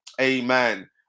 Amen